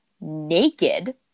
naked